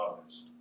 others